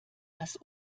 das